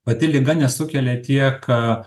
pati liga nesukelia tiek